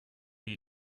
you